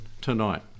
tonight